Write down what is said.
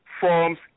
forms